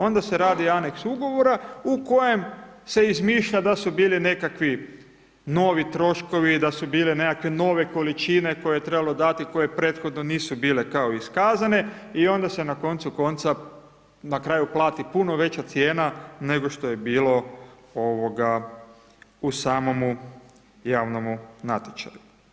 Onda se radi aneks ugovora u kojem se izmišlja da su bili nekakvi novi troškovi, da su bile nekakve nove količine, koje je trebalo dati, koje prethodno nisu bile kao iskazane i onda se na koncu konca na kraju plati puno veća cijena nego što je bilo u samomu javnome natječaju.